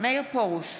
מאיר פרוש,